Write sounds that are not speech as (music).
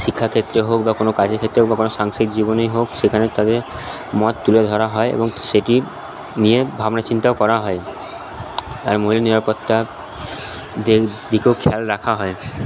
শিক্ষাক্ষেত্রে হোক বা কোনো কাজের ক্ষেত্রে হোক বা কোনো সাংসারিক জীবনেই হোক সেখানে তাদের মত তুলে ধরা হয় এবং সেটি নিয়ে ভাবনা চিন্তাও করা হয় আর (unintelligible) নিরাপত্তা দিকেও খেয়াল রাখা হয়